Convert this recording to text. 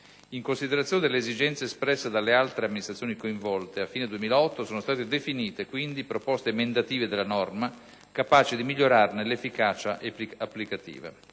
In considerazione delle esigenze espresse dalle altre amministrazioni coinvolte, a fine 2008 sono state definite, quindi, proposte emendative della norma, capaci di migliorarne l'efficacia applicativa.